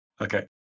Okay